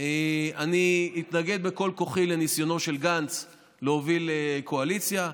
אני אתנגד בכל כוחי לניסיונו של גנץ להוביל קואליציה.